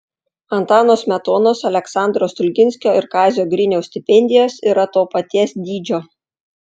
antano smetonos aleksandro stulginskio ir kazio griniaus stipendijos yra to paties dydžio